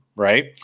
Right